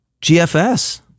GFS